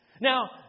Now